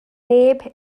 neb